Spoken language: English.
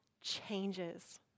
changes